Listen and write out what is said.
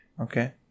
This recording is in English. Okay